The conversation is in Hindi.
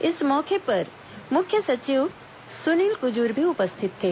इस मौके पर मुख्य सविव सुनील कुजूर भी उपस्थित थे